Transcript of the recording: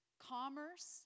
commerce